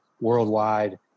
worldwide